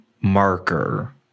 marker